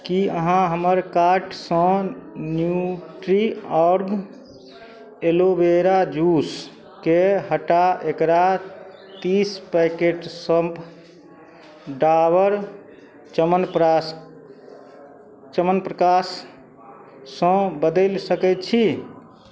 कि अहाँ हमर कार्टसँ न्यूट्रीऑर्ग एलोवेरा जूसके हटा एकरा तीस पैकेटसब डाबर च्यवनप्राश च्यवनप्राशसँ बदलि सकै छी